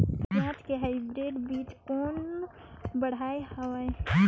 पियाज के हाईब्रिड बीजा कौन बढ़िया हवय?